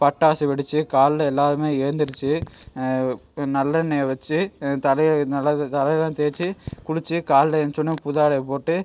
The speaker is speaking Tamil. பட்டாசு வெடித்து காலைல எல்லோருமே எழுந்திரிச்சு நல்லெண்ணய் வச்சு தலையை நல்லா தலையெல்லாம் தேய்ச்சி குளித்து காலைல எழுந்திரிச்சோன்னே புது ஆடையை போட்டு